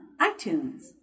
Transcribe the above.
iTunes